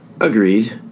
Agreed